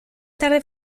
tarde